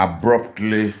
Abruptly